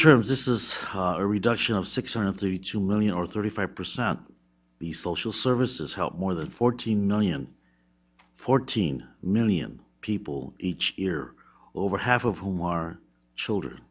terms this is a reduction of six hundred thirty two million or thirty five percent of the social services help more than fourteen million fourteen million people each year over half of whom are children